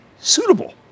Suitable